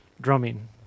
drumming